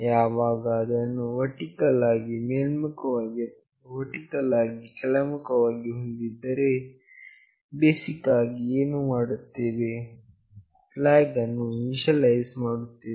ಯಾವಾಗ ಅದನ್ನು ವರ್ಟಿಕಲ್ ಆಗಿ ಮೇಲ್ಮುಖವಾಗಿ ಅಥವಾ ವರ್ಟಿಕಲ್ ಆಗಿ ಕೆಳಮುಖವಾಗಿ ಹೊಂದಿದ್ದರೆ ಬೇಸಿಕ್ ಆಗಿ ಏನು ಮಾಡುತ್ತೇವೆ flag ಅನ್ನು ಇನೀಷಿಯಲೈಸ್ ಮಾಡುತ್ತೇವೆ